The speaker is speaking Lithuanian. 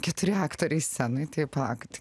keturi aktoriai scenoj tai palaukit